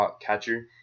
catcher